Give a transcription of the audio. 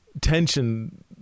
tension